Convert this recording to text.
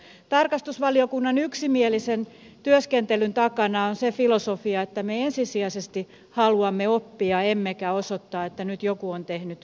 tarkastusvaliokunnan yksimielisen työskentelyn takana on se filosofia että me ensisijaisesti haluamme oppia emmekä osoittaa että nyt joku on tehnyt virheen